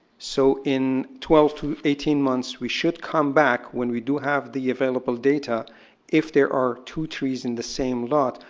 so in twelve to eighteen months, we should come back when we do have the available data if there are two trees in the same lot,